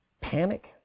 Panic